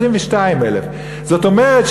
22,000. זאת אומרת,